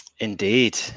indeed